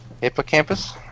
Hippocampus